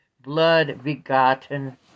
blood-begotten